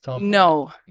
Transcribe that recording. No